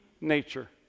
nature